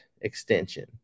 extension